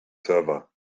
server